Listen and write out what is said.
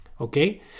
okay